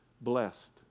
Blessed